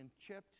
chipped